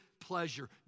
pleasure